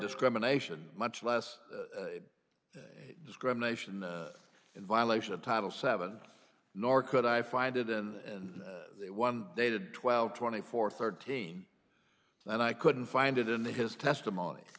discrimination much less discrimination in violation of title seven nor could i find it and one dated twelve twenty four thirteen and i couldn't find it in his testimony